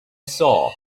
saw